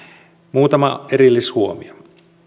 muutama erillishuomio